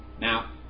Now